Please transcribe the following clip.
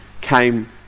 came